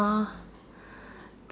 uh